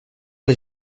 les